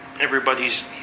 Everybody's